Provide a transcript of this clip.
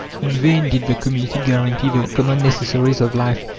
in vain did the community guarantee the common necessaries of life,